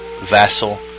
vassal